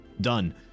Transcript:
Done